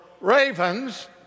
Ravens